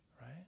right